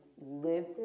live